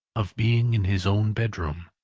of being in his own bedroom.